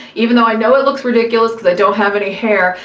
even though i know it looks ridiculous cause i don't have any hair,